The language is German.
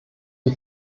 die